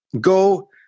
Go